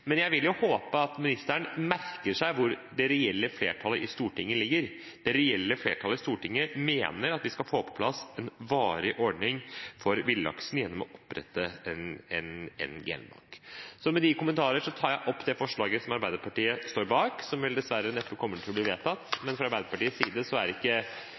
Men jeg vil jo håpe at ministeren merker seg hvor det reelle flertallet i Stortinget ligger. Det reelle flertallet i Stortinget mener at vi skal få på plass en varig ordning for villaksen gjennom å opprette en genbank. Med disse kommentarene tar jeg opp forslaget som Arbeiderpartiet, sammen med Senterpartiet, SV og Miljøpartiet De Grønne, står bak, som dessverre neppe kommer til å bli vedtatt. Men fra Arbeiderpartiets side er ikke